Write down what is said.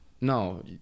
no